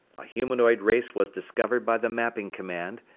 a humanoid race was discovered by the mapping command,